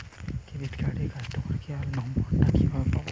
Credit কার্ডের customer care number টা কিভাবে পাবো?